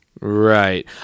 Right